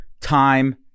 time